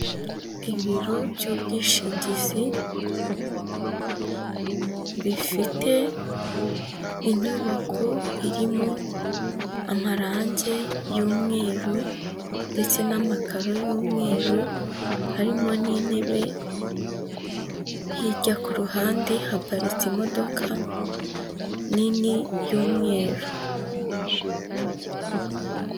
Ibiro by'ubwishingizi, bifite inyubako irimo amarangi y'umweru ndetse n'amakaro y'umweru, harimo n'intebe, hirya ku ruhande haparitse imodoka nini y'umweru.